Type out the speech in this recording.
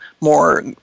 more